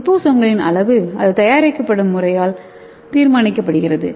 லிபோசோம்களின் அளவு அது தயாரிக்கப்படும் முறையால் தீர்மானிக்கப்படுகிறது